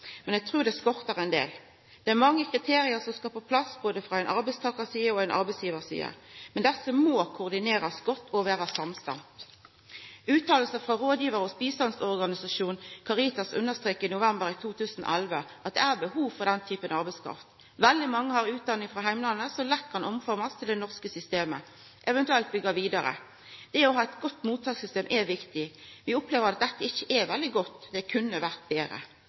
Men eg trur det skortar ein del her. Det er mange kriterium som skal på plass, frå både ein arbeidstakar og ein arbeidsgivar si side. Desse må koordinerast godt og vera samstemde. Utsegner frå rådgivar hos bistandsorganisasjonen Caritas understreka i november i 2011 at det er behov for den typen arbeidskraft. Veldig mange har utdanning frå heimlandet som lett kan omformast til det norske systemet, eventuelt byggjast vidare på. Det å ha ein godt mottakssystem er viktig. Vi opplever at dette ikkje er veldig godt – det kunne vore betre.